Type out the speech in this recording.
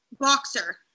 boxer